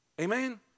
Amen